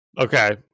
okay